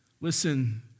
Listen